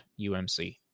umc